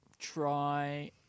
try